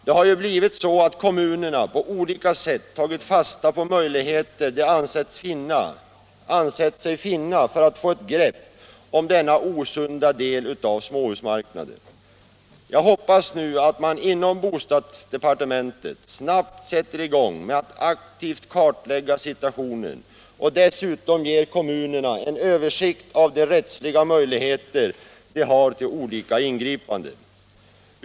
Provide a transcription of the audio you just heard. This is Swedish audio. Det har ju blivit så att kommunerna på olika sätt tagit fasta på möjligheter som de ansett sig finna för att få ett grepp om denna osunda del av småhusmarknaden. Jag hoppas nu att man inom bostadsdepartementet snabbt sätter i gång med att aktivt kartlägga situationen och dessutom ger kommunerna en översikt av de rättsliga möjligheter de har till olika ingripanden.